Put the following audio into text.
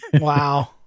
Wow